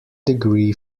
degree